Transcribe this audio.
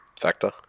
factor